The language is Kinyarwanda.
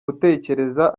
gutekereza